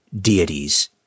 deities